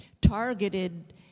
targeted